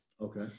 Okay